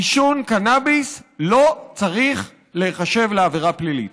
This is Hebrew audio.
עישון קנאביס לא צריך להיחשב לעבירה פלילית.